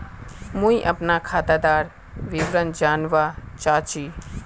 मुई अपना खातादार विवरण जानवा चाहची?